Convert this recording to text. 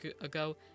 ago